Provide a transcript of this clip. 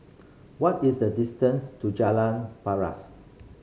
what is the distance to Jalan Paras